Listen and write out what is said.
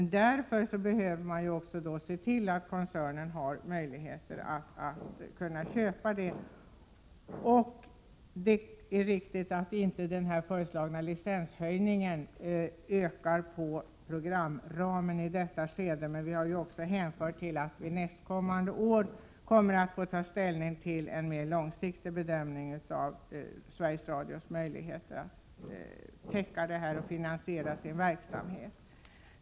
Därför behöver man också se till att koncernen har möjligheter att kunna köpa sådana filmer. Det är riktigt att den föreslagna licenshöjningen inte ökar programramen i detta skede, men vi har också hänvisat till att vi nästkommande år kommer att få ta ställning till en mer långsiktig bedömning av Sveriges Radios möjligheter att täcka det här underskottet och finansiera sin verksamhet.